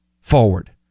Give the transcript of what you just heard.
Forward